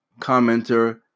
commenter